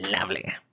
Lovely